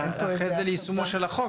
אבל אחרי זה ליישומו של החוק,